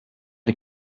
the